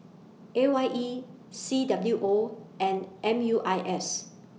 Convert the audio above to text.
A Y E C W O and M U I S